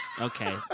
Okay